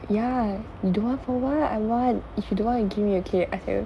ya you don't want for what I want if you don't want to give me okay ask them